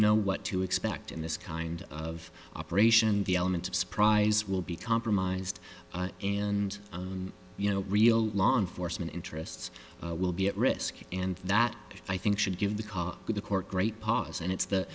know what to expect in this kind of operation the element of surprise will be compromised and you know real law enforcement interests will be at risk and that i think should give the call to the court great pause and it's the